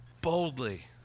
boldly